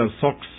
socks